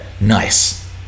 Nice